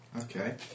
okay